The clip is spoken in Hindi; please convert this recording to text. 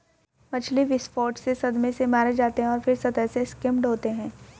मछली विस्फोट से सदमे से मारे जाते हैं और फिर सतह से स्किम्ड होते हैं